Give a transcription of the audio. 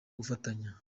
gufatanya